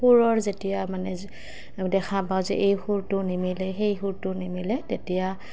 সুৰৰ যেতিয়া মানে দেখা পাওঁ যে এই সুৰটো নিমিলে সেই সুৰটো নিমিলে তেতিয়া